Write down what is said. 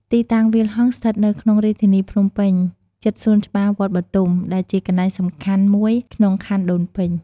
ទីតាំងវាលហង្សស្ថិតនៅក្នុងរាជធានីភ្នំពេញ ជិតសួនច្បារវត្តបុទុម ដែលជាកន្លែងសំខាន់មួយក្នុងខណ្ឌដូនពេញ។